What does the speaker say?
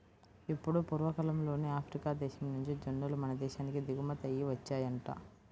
ఎప్పుడో పూర్వకాలంలోనే ఆఫ్రికా దేశం నుంచి జొన్నలు మన దేశానికి దిగుమతయ్యి వచ్చాయంట